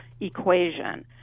equation